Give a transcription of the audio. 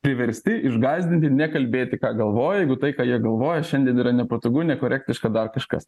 priversti išgąsdinti ir nekalbėti ką galvoja jeigu tai ką jie galvoja šiandien yra nepatogu nekorektiška dar kažkas